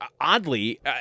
oddly